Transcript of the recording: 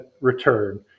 return